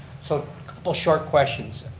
so, couple short questions.